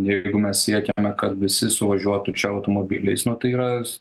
jeigu mes siekiame kad visi suvažiuotų čia automobiliais nu tai yra